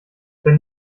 wenn